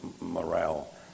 morale